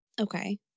Okay